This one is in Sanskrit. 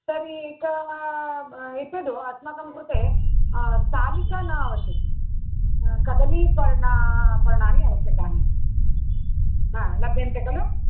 तर्हि एकं म एतद् अस्माकं कृते स्थालिका न आवश्यकी कदलीपर्णं पर्णानि आवश्यकानि हा लभ्यन्ते खलु